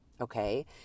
okay